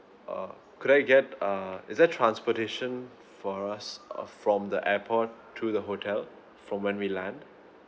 uh could I get uh is there transportation for us uh from the airport to the hotel from when we land